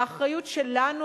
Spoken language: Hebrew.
האחריות שלנו,